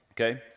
Okay